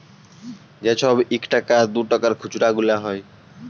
যে ছব ইকটাকা দুটাকার খুচরা গুলা হ্যয়